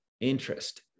interest